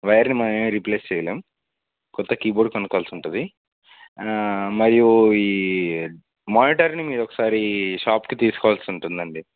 వైర్ని మనమేమి రీప్లేస్ చేయలేం కొత్త కీబోర్డ్ కొనుకోవాల్సి ఉంటుంది మరియు ఈ మానిటర్ని మీరు ఒకసారి షాప్కి తీసుకోవలసి ఉంటుందండి